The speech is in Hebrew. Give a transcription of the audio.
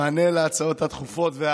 במענה להצעות הדחופות,